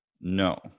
No